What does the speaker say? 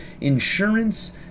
insurance